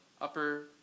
upper